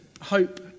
hope